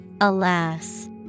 Alas